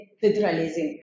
federalism